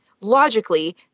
logically